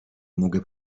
mogę